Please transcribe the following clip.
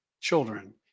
children